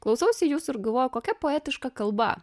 klausausi jūsų ir galvoju kokia poetiška kalba